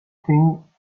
thing